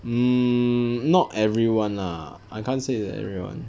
hmm not everyone lah I can't say that everyone